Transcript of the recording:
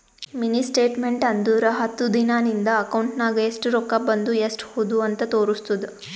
mini statement ಅಂದುರ್ ಹತ್ತು ದಿನಾ ನಿಂದ ಅಕೌಂಟ್ ನಾಗ್ ಎಸ್ಟ್ ರೊಕ್ಕಾ ಬಂದು ಎಸ್ಟ್ ಹೋದು ಅಂತ್ ತೋರುಸ್ತುದ್